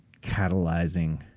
catalyzing